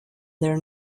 their